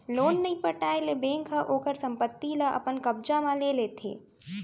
loan नइ पटाए ले बेंक ह ओखर संपत्ति ल अपन कब्जा म ले लेथे